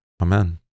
Amen